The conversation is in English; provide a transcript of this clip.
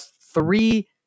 Three